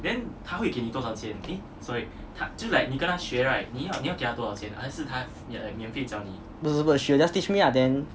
不是不是 she will just teach me ah then